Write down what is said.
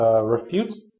Refutes